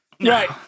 Right